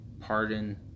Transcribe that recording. pardon